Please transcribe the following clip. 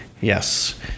yes